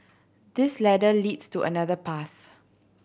this ladder leads to another path